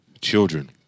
children